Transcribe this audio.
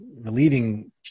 relieving